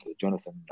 Jonathan